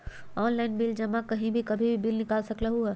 Online bill जमा कहीं भी कभी भी बिल निकाल सकलहु ह?